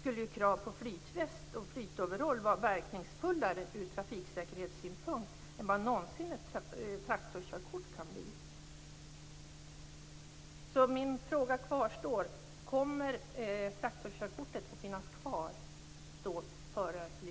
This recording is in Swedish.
skulle krav på flytväst och flytoverall vara verkningsfullare ur trafiksäkerhetssynpunkt än vad någonsin ett traktorkörkort kan bli.